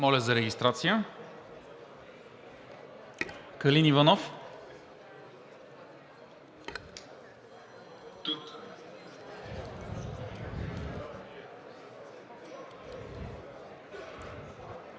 моля за регистрация. Калин Иванов?